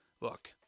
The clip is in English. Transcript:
look